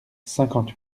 cinquante